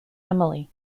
emily